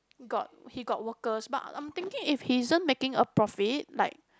got he got workers but I'm thinking if he isn't making a profit like